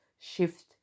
shift